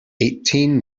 eighteen